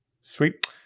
sweet